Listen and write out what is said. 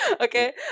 Okay